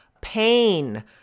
pain